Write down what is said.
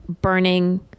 burning